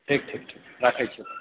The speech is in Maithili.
ठीक छै ठीक राखैत छी